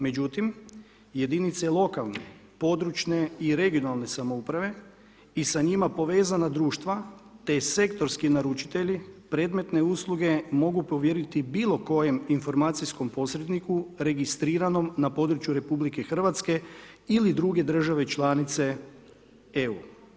Međutim, jedinice lokalne područne i regionalne samouprave i sa njima povezana društva te sektorski naručitelji predmetne usluge mogu povjeriti bilo kojem informacijskom posredniku registriranom na području Republike Hrvatske ili druge države članice EU.